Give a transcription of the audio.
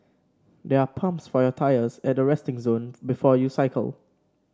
there are pumps for your tyres at the resting zone before you cycle